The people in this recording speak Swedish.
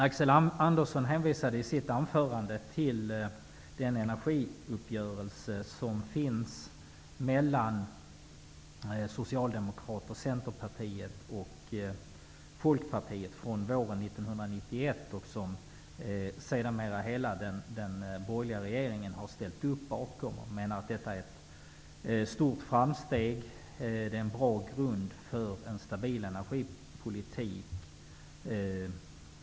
Axel Andersson hänvisade i sitt anförande till den energiuppgörelse som finns mellan Socialdemokraterna, Centerpartiet och Folkpartiet från våren 1991 och som hela den borgerliga regeringen ställer sig bakom. Han menar att detta är ett stort framsteg och att det är en bra grund för en stabil energipolitik.